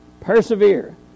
Persevere